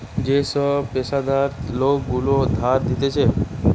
যে সব পেশাদার লোক গুলা ধার দিতেছে